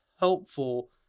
helpful